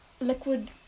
Liquid